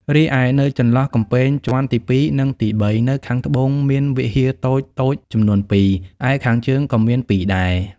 រីឯនៅចន្លោះកំពែងជាន់ទីពីរនិងទីបីនៅខាងត្បូងមានវិហារតូចៗចំនួនពីរ ឯខាងជើងក៏មានពីរដែរ ។